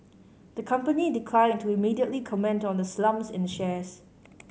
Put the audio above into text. the company declined to immediately comment on the slumps in shares